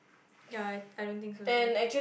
ya I I don't think so too